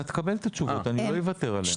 אתה תקבל את התשובות, אני לא אוותר עליהן.